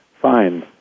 fine